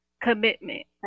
commitment